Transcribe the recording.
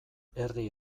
herri